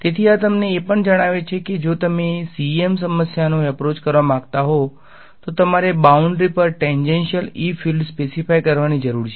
તેથી આ તમને એ પણ જણાવે છે કે જો તમે CEM સમસ્યાનો એપ્રોચ કરવા માગતા હો તો તમારે બાઉન્ડ્રી પર ટેન્જેન્શિયલ E ફીલ્ડ્સ સ્પેસીફાય કરવાની જરૂર છે